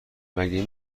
مگه